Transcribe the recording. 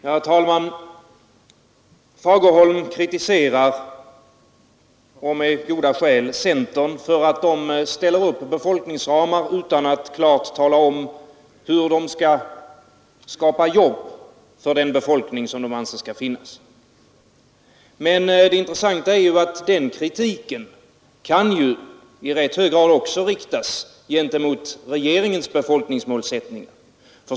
Herr talman! Herr Fagerlund kritiserar med goda skäl centern för att den ställer upp befolkningsramar utan att klart tala om hur man skall skapa jobb för den befolkning som man anser skall finnas. Men det intressanta är att den kritiken i rätt hög grad kan riktas också mot regeringens befolkningsmålsättning.